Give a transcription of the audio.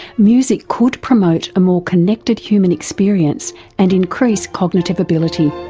music could promote a more connected human experience and increase cognitive ability.